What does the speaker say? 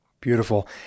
Beautiful